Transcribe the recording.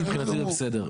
מבחינתי זה בסדר.